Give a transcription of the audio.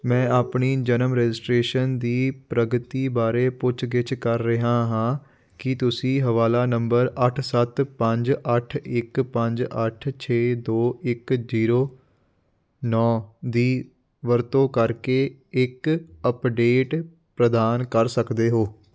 ਮੈਂ ਆਪਣੀ ਜਨਮ ਰਜਿਸਟ੍ਰੇਸ਼ਨ ਦੀ ਪ੍ਰਗਤੀ ਬਾਰੇ ਪੁੱਛ ਗਿੱਛ ਕਰ ਰਿਹਾ ਹਾਂ ਕੀ ਤੁਸੀਂ ਹਵਾਲਾ ਨੰਬਰ ਅੱਠ ਸੱਤ ਪੰਜ ਅੱਠ ਇੱਕ ਪੰਜ ਅੱਠ ਛੇ ਦੋ ਇੱਕ ਜੀਰੋ ਨੌਂ ਦੀ ਵਰਤੋਂ ਕਰਕੇ ਇੱਕ ਅੱਪਡੇਟ ਪ੍ਰਦਾਨ ਕਰ ਸਕਦੇ ਹੋ